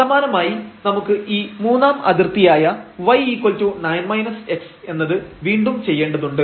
സമാനമായി നമുക്ക് ഈ മൂന്നാം അതിർത്തിയായ y9 x എന്നത് വീണ്ടും ചെയ്യേണ്ടതുണ്ട്